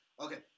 Okay